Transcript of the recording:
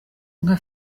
nka